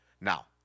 now